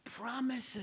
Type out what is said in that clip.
promises